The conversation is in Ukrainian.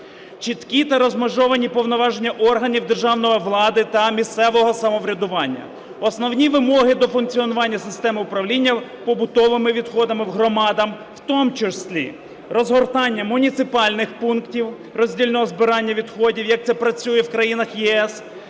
Чіткі та розмежовані повноваження органів державної влади та місцевого самоврядування. Основні вимоги до функціонування системи управління побутовими відходами в громадах. В тому числі розгортанні муніципальних пунктів роздільного збирання відходів, як це працює в країнах ЄС,